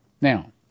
Now